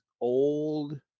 old